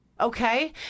Okay